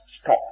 stop